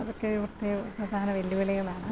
അതൊക്കെ ഒക്കെ പ്രധാന വെല്ലുവിളികളാണ്